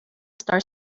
star